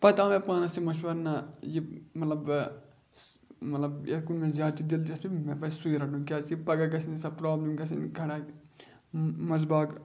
پَتہٕ آو مےٚ پانَس تہِ مَشوَرٕ نہ یہِ مطلب مطلب یۄکُن مےٚ زیادٕ چھِ دِلچَسپی مےٚ پَزِ سُے رَٹُن کیٛازِکہِ پَگاہ گَژھِ نہٕ سۄ پرٛابلِم گژھِنۍ کھَڑا منٛز باغ